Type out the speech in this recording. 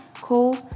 call